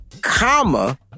comma